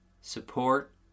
support